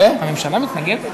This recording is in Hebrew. משרד החינוך מתנגד.